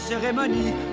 cérémonie